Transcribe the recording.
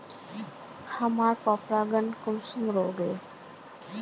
हमार पोरपरागण कुंसम रोकीई?